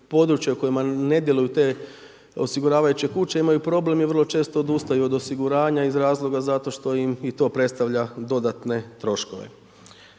područja u kojima ne djeluju te osiguravajuće kuće imaju problem i vrlo često odustaju od osiguranja iz razloga zato što im i to predstavlja dodatne troškove.